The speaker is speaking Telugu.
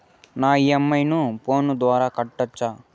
నా ఇ.ఎం.ఐ ను ఫోను ద్వారా కట్టొచ్చా?